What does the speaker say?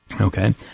Okay